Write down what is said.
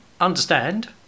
understand